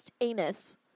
anus